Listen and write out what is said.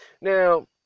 Now